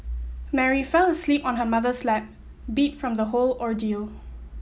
Mary fell asleep on her mother's lap beat from the whole ordeal